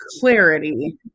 clarity